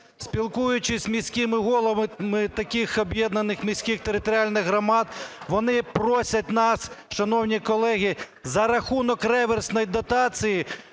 Спілкуючись з міськими головами таких об'єднаних міських територіальних громад, вони просять нас, шановні колеги, за рахунок реверсної дотації